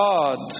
God